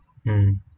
mm